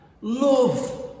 Love